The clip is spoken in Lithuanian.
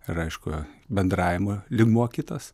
ir aišku bendravimo lygmuo kitas